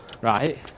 Right